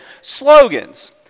Slogans